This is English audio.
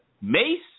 Mace